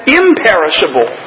imperishable